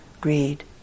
greed